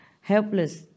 helpless